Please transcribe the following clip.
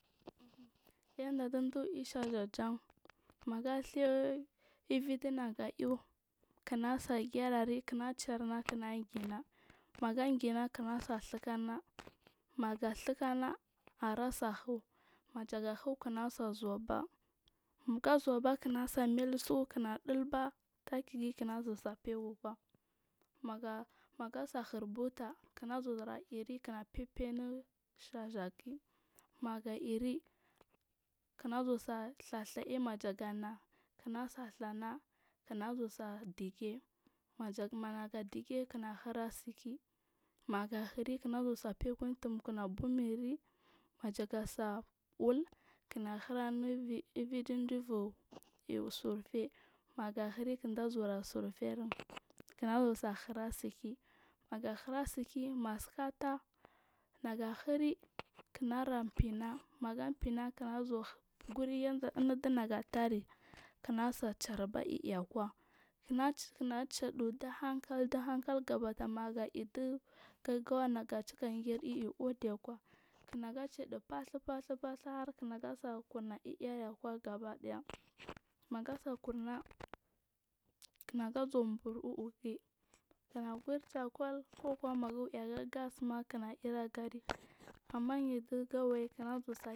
yanda dubur i ishaja ja magase ivindina ga iaw kin a gina kina kima dha sikana maga dhukana arasaihu majaga huu kina sai zuwaba magaza uba kinu sai mailu suku kik diba takigin kinazuwa faiy kwa maga maga saihir buta kib zuwa iri kinzuwa feiy feiynu shajagin maga irri kinazu dhaa dhaya majana kina dha dhanaku kinazuwa dige maga dige kinahir arasii maga luri kina zuwa feiy ku’ufum kina bumi ri majagasai ulul kimshir nu illimdi jibu surfe magahira kinda zuwa surfer kina zuwa jirasi maga hir aseki masika taah naga hiri kina zuwa fena maga fenna kinazuwa guyanda inunagatari kina sai chalba iikwai kimsa chadu du rank duhankal gabada mag air gaggawa nacika geri ii udi akwa kina chadu fasu fasur harkinaga kuna iir akwa gabadaya maga sai kunna kunaga zuwa bur uugiyi kina gur chacol kukuwa du gas amma yie digawayi kina se iri.